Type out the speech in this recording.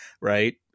right